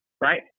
right